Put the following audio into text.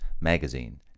magazine